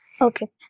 Okay